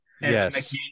Yes